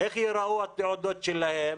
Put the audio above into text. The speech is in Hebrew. איך ייראו התעודות שלהם,